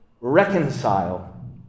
reconcile